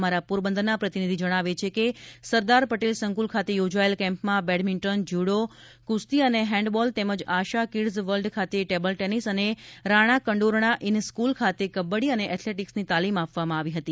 અમારા પોરબંદરના પ્રતિનિધિ જણાવે છે કે સરદાર પટેલ સંકુલ ખાતે યોજાયેલ કેમ્પમાં બેડમિન્ટન જ્યુડો કુસ્તી અને હેન્ડબોલ તેમજ આશા કિડ્ઝ વર્લ્ડ ખાતે ટેબલ ટેનિસ તથા રાણાકંડોરણા ઈન સ્ક્રલ ખાતે કબડ્ડી અને એથ્લેટીક્સની તાલીમ આપવામાં આવી હતી